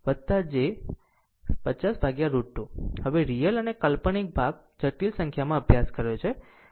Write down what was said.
આમ હવે રીયલ અને કાલ્પનિક ભાગ અલગ જટિલ સંખ્યામાં અભ્યાસ કર્યો છે